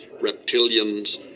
reptilians